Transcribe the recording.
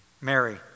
Mary